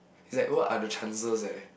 it's like what are the chances eh